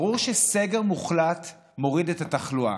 ברור שסגר מוחלט מוריד את התחלואה,